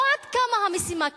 לא עד כמה המשימה קשה.